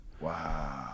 Wow